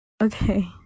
Okay